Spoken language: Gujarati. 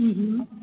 હમ હમ